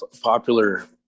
popular